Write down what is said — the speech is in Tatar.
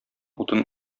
утын